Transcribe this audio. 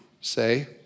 say